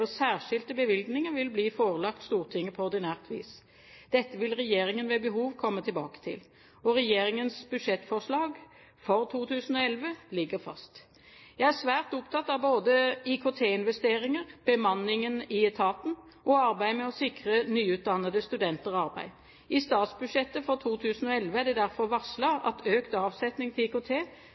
krever særskilte bevilgninger, vil bli forelagt Stortinget på ordinært vis. Dette vil regjeringen ved behov komme tilbake til. Regjeringens budsjettforslag for 2011 ligger fast. Jeg er svært opptatt av både IKT-investeringer, bemanningen i etaten og arbeidet med å sikre nyutdannede studenter arbeid. I statsbudsjettet for 2011 er det derfor varslet at økt avsetning til IKT